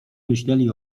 myśleli